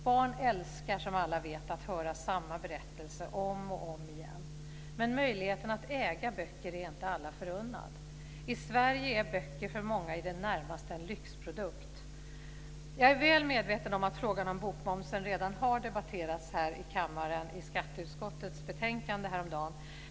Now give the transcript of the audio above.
Barn älskar som alla vet att höra samma berättelse om och om igen. Men möjligheten att äga böcker är inte alla förunnad. I Sverige är böcker för många i det närmaste en lyxprodukt. Jag är väl medveten om att frågan om bokmomsen redan har debatterats här i kammaren i skatteutskottets betänkande häromdagen.